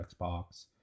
xbox